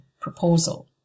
proposal